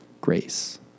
grace